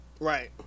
Right